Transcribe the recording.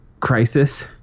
crisis